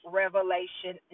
revelation